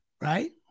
right